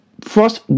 first